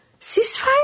ceasefire